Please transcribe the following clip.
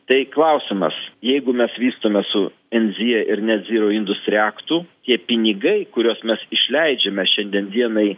tai klausimas jeigu mes vystome su enzija ir net zyrau industri aktu tie pinigai kuriuos mes išleidžiame šiandien dienai